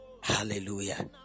Hallelujah